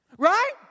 right